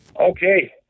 Okay